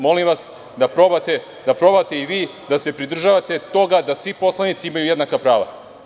Molim vas da probate i vi da se pridržavate toga da svi poslanici imaju jednaka prava.